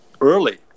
early